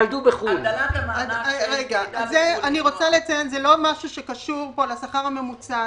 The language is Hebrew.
אני רוצה לציין שזה לא משהו שקשור לשכר הממוצע.